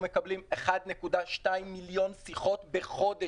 אנחנו מקבלים 1.2 מיליון שיחות בחודש.